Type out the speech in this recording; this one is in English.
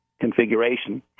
configuration